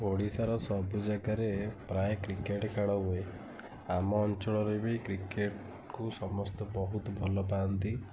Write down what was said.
ଓଡ଼ିଶାର ସବୁ ଜାଗାରେ ପ୍ରାୟେ କ୍ରିକେଟ୍ ଖେଳ ହୁଏ ଆମ ଅଞ୍ଚଳରେ ବି କ୍ରିକେଟ୍କୁ ସମସ୍ତେ ବହୁତ ଭଲପାଆନ୍ତି